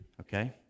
okay